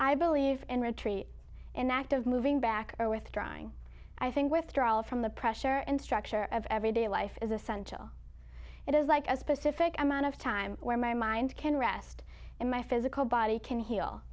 i believe in retreat and active moving back or withdrawing i think withdrawal from the pressure and structure of everyday life is essential it is like a specific amount of time where my mind can rest and my physical body can heal